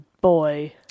boy